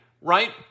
right